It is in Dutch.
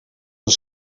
een